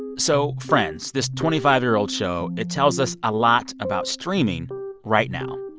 and so friends, this twenty five year old show it tells us a lot about streaming right now.